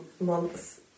months